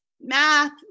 math